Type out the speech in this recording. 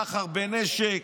סחר בנשק.